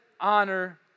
honor